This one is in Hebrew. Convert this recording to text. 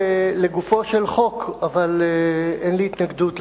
לגופו של חוק, אבל אין לי התנגדות לחוק.